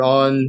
on